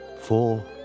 Four